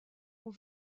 ont